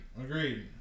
Agreed